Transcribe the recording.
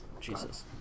Jesus